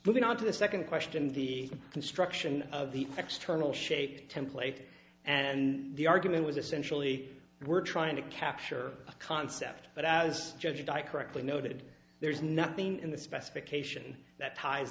moving on to the second question the construction of the external shape template and the argument was essentially we're trying to capture a concept but as judged by correctly noted there's nothing in the specification that ties